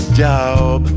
job